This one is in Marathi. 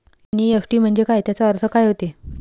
एन.ई.एफ.टी म्हंजे काय, त्याचा अर्थ काय होते?